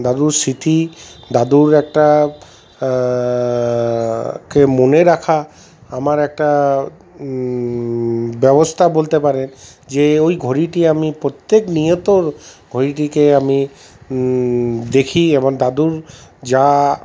দাদুর স্মৃতি দাদুর একটা কে মনে রাখা আমার একটা ব্যবস্থা বলতে পারেন যে ওই ঘড়িটি আমি প্রত্যেক নিয়ত ঘড়িটিকে আমি দেখি আমার দাদুর যা